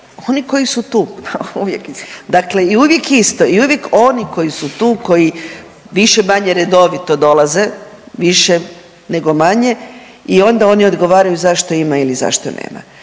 Uvijek isto/…dakle i uvijek isto i uvijek oni koji su tu, koji više-manje redovito dolaze, više nego manje i onda oni odgovaraju zašto ima ili zašto nema,